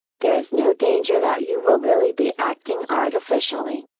there is no danger that you will really be acting artificially,